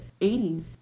80s